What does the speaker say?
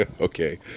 okay